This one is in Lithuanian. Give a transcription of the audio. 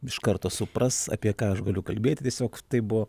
iš karto supras apie ką aš galiu kalbėti tiosiog tai buvo